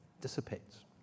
dissipates